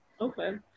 Okay